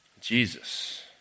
Jesus